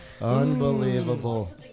Unbelievable